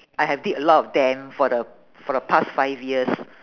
I have did a lot of them for the for the past five years